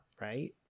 right